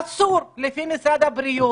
אסור לפי משרד הבריאות,